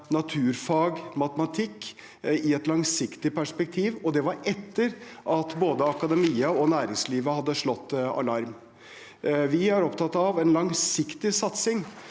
naturfag og matematikk i et langsiktig perspektiv, og det var etter at både akademia og næringslivet hadde slått alarm. Vi er opptatt av en langsiktig satsing,